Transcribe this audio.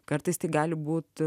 kartais tik gali būt